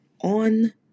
on